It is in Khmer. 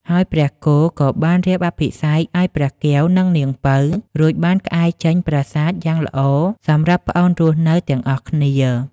ហើយព្រះគោក៏បានរៀបអភិសេកឲ្យព្រះកែវនិងនាងពៅ រួចបានក្អែចេញប្រាសាទយ៉ាងល្អសម្រាប់ប្អូនរស់នៅទាំងអស់គ្នា។